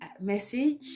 message